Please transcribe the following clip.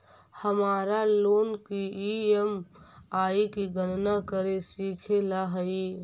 हमारा लोन की ई.एम.आई की गणना करे सीखे ला हई